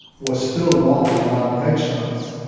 was still walking on eggshells,